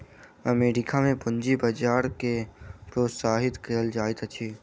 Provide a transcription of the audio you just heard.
America में पूंजी बजार के प्रोत्साहित कयल जाइत अछि